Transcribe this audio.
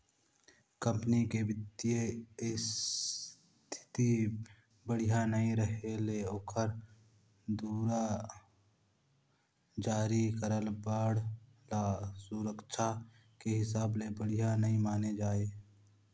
company के बित्तीय इस्थिति बड़िहा नइ रहें ले ओखर दुवारा जारी करल बांड ल सुरक्छा के हिसाब ले बढ़िया नइ माने जाए